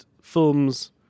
films